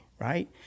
right